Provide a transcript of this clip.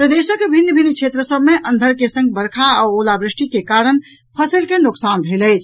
प्रदेशक भिन्न भिन्न क्षेत्र सभ मे अंधर के संग वर्षा आ ओलावृष्टि के कारण फसलि के नोकसान भेल अछि